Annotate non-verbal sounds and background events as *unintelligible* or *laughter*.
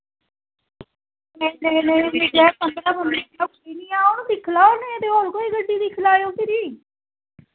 *unintelligible* दिक्खी लाओ नेईं ते होर कोई गड्डी दिक्खी लैयो फिरी